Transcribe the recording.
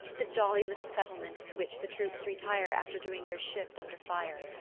the jolly little settlements to which the troops retire after doing their shift under fire.